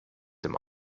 dem